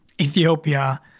Ethiopia